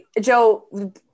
Joe